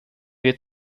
wir